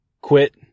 quit